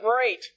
great